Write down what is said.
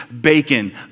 bacon